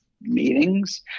meetings